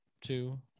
two